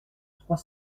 trois